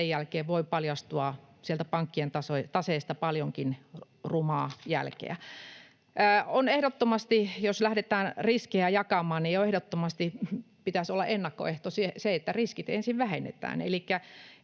sen jälkeen voi paljastua sieltä pankkien taseista paljonkin rumaa jälkeä. Jos lähdetään riskejä jakamaan, niin ehdottomasti pitäisi olla ennakkoehto se, että riskit ensin vähennetään.